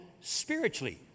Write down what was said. spiritually